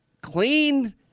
clean